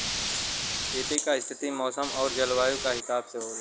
खेती क स्थिति मौसम आउर जलवायु क हिसाब से होला